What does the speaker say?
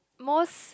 most